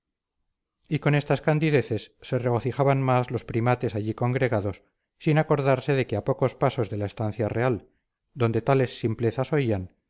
y con estas candideces se regocijaban más los primates allí congregados sin acordarse de que a pocos pasos de la estancia real donde tales simplezas oían